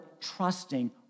trusting